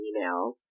emails